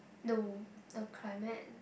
know the climate